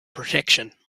protection